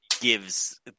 gives